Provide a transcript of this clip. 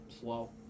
slow